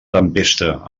tempesta